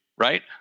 right